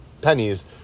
pennies